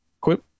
quit